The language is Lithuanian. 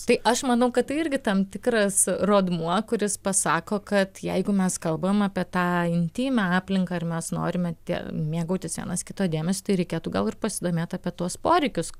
tai aš manau kad tai irgi tam tikras rodmuo kuris pasako kad jeigu mes kalbam apie tą intymią aplinką ir mes norime tie mėgautis vienas kito dėmesu tai reikėtų gal ir pasidomėt apie tuos poreikius